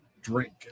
drink